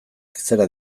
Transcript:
zera